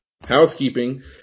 Housekeeping